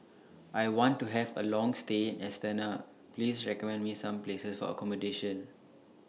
I want to Have A Long stay in Astana Please recommend Me Some Places For accommodation